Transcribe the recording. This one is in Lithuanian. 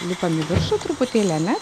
lipam į viršų truputėlį ane